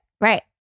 Right